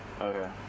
Okay